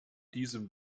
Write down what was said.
diesem